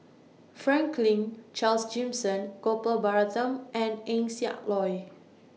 Franklin Charles Gimson Gopal Baratham and Eng Siak Loy